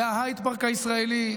זה ההייד פארק הישראלי,